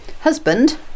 husband